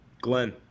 Glenn